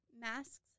masks